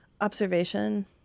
Observation